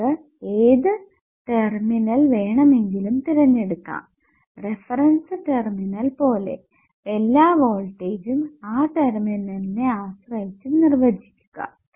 നിങ്ങൾക്ക് ഏത് ടെർമിനൽ വേണമെങ്കിലും തിരഞ്ഞെടുക്കാം റഫറൻസ് ടെർമിനൽ പോലെ എല്ലാ വോൾട്ടെജ്ജും ആ ടെർമിനലിനെ ആശ്രയിച്ചു നിർവചിക്കുക